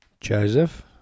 Joseph